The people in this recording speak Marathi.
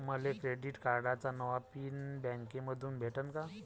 मले क्रेडिट कार्डाचा नवा पिन बँकेमंधून भेटन का?